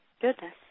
Goodness